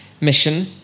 mission